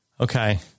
Okay